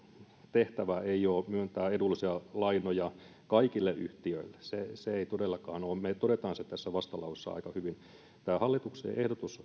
tehtävä ei ole myöntää edullisia lainoja kaikille yhtiöille ei todellakaan ole me toteamme sen tässä vastalauseessa aika hyvin tämä hallituksen ehdotus